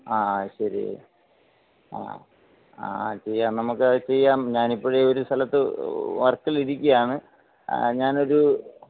ആ ശരി ആ ആ ആ ചെയ്യാം നമുക്കത് ചെയ്യാം ഞാൻ ഇപ്പോൾ ഒരു സ്ഥലത്ത് വർക്കിലിരിക്കയാണ് ആ ഞാനൊരു